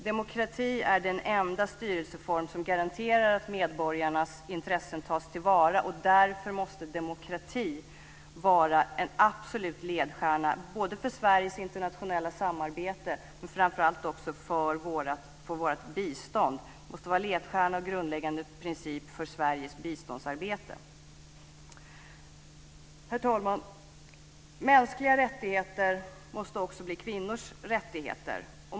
Demokrati är den enda styrelseform som garanterar att medborgarnas intressen tas till vara. Därför måste demokrati vara en absolut ledstjärna för Sveriges internationella samarbete och framför allt för vårt bistånd. Det måste vara en ledstjärna och en grundläggande princip för Sveriges biståndsarbete. Herr talman! Mänskliga rättigheter måste också bli kvinnors rättigheter.